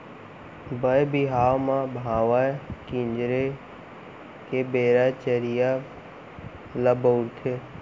बर बिहाव म भांवर किंजरे के बेरा चरिहा ल बउरथे